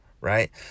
right